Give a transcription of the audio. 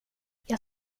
jag